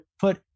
put